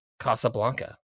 Casablanca